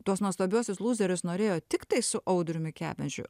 tuos nuostabiuosius lūzerius norėjo tiktai su audriumi kemežiu